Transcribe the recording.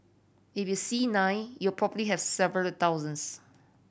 if you see nine you probably have several thousands